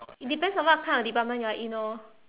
it depends on what kind of department you are in orh